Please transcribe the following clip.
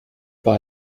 war